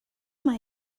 mae